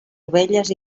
ovelles